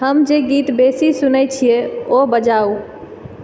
हम जे गीत बेसी सुनैत छियै ओ बजाउ